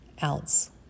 else